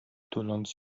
tuląc